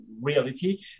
reality